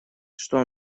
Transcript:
что